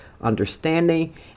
understanding